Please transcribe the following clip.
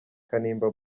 kanimba